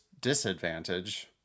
disadvantage